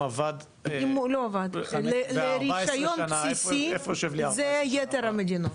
זה יתר המדינות.